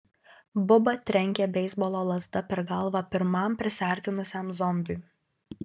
buba trenkė beisbolo lazda per galvą pirmam prisiartinusiam zombiui